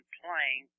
playing